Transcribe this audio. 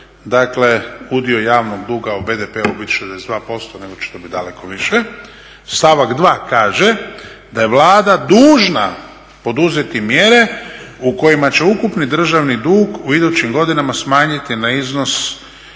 dakle udio javnog duga u BDP-u biti 62% nego će to biti daleko više. Stavak 2. kaže da je Vlada dužna poduzeti mjere u kojima će ukupni državni dug u idućim godinama smanjiti da ne iznosi